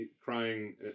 crying